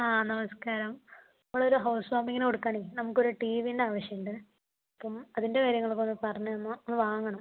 ആ നമസ്കാരം നമ്മളൊരു ഹൗസ് വാമിങ്ങിന് കൊടുക്കുകയാണ് നമുക്കൊരു ടീ വീൻ്റെ ആവശ്യമുണ്ട് അപ്പം അതിൻ്റെ കാര്യങ്ങളൊക്കെയൊന്ന് പറഞ്ഞു തന്നാൽ ഒന്ന് വാങ്ങണം